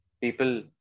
people